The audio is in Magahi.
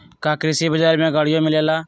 का कृषि बजार में गड़ियो मिलेला?